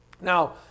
Now